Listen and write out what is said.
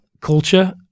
culture